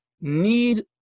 need